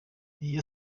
iyo